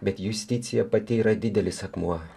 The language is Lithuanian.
bet justicija pati yra didelis akmuo